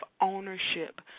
ownership